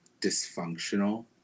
dysfunctional